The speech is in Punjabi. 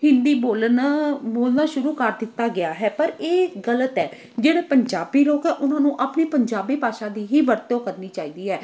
ਹਿੰਦੀ ਬੋਲਣ ਬੋਲਣਾ ਸ਼ੁਰੂ ਕਰ ਦਿੱਤਾ ਗਿਆ ਹੈ ਪਰ ਇਹ ਗਲਤ ਹੈ ਜਿਹੜੇ ਪੰਜਾਬੀ ਲੋਕ ਆ ਉਹਨਾਂ ਨੂੰ ਆਪਣੀ ਪੰਜਾਬੀ ਭਾਸ਼ਾ ਦੀ ਹੀ ਵਰਤੋਂ ਕਰਨੀ ਚਾਹੀਦੀ ਹੈ